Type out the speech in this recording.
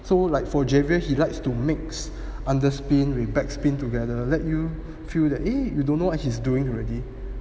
so like for javier he likes to mix under spin with back spin together let you feel that you don't know what he's doing already